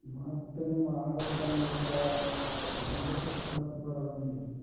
ಮತ್ತು ನಿಮ್ಮ ಆರ್ಡರ್ ಬಂದದ ನಾ ಅದಕ್ಕೆ ಹಿಂದಕ್ಕೆ ಕಳ್ಸ ಬಾಡದಂದು